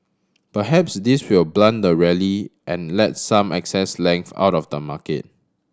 perhaps this will blunt the rally and let some excess length out of the market